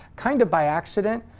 kind of by accident,